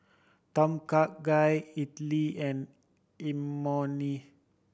Tom Kha Gai Idili and Imoni